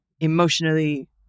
emotionally